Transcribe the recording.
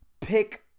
pick